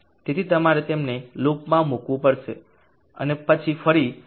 તેથી તમારે તેમને લૂપમાં મૂકવું પડશે અને પછી ફરી fની કિંમત મેળવવી પડશે